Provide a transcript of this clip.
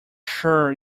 sure